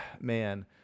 man